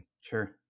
Sure